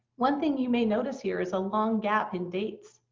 one thing you may notice here is a long gap in dates.